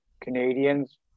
Canadians